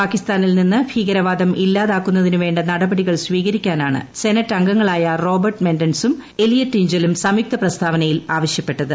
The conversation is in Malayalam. പാകിസ്ഥാനിൽ നിന്ന് ഭീകരവാദം ഇല്ലാതാക്കുന്നതിന് വേണ്ട നടപടികൾ സ്വീകരിക്കാനാണ ്സെനറ്റ് അംഗങ്ങളായ റോബർട്ട് മെൻഡൻസും എലിയട്ട് ഇഞ്ചലും സംയുക്ത പ്രസ്താവനയിൽ ആവശ്യപ്പെട്ടത്